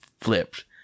flipped